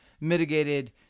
mitigated